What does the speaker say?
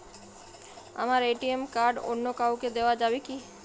আমার ATM card অন্য কাউকে দেওয়া যাবে কি?